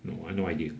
no I no idea